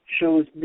shows